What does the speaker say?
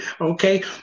Okay